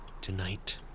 Tonight